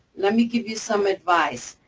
let me give you some advice.